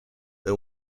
and